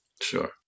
Sure